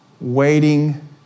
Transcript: waiting